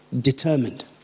determined